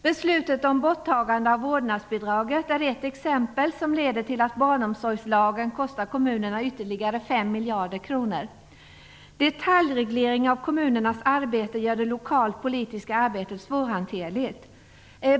Beslutet om borttagande av vårdnadsbidraget är ett exempel som leder till att barnomsorgslagen kostar kommunerna ytterligare 5 miljarder kronor. Detaljreglering av kommunernas arbete gör det lokala politiska arbetet svårhanterligt.